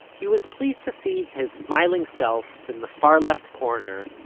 he was pleased to see his smiling self, in the far left corner,